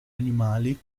animali